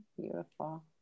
Beautiful